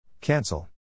Cancel